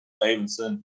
Davidson